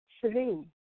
three